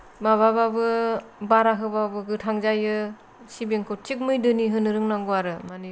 माबाबाबो बारा होबाबो गोथां जायो सिबिंखौ थिग मैदोनि होनो रोंनांगौ आरो माने